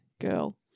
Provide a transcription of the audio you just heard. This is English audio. girl